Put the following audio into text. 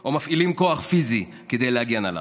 או מפעילים כוח פיזי כדי להגן עליו.